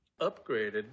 Upgraded